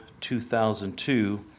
2002